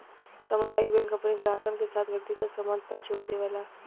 सामुदायिक बैंक अपने ग्राहकन के साथ व्यक्तिगत संबध पर जोर देवला